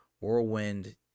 whirlwind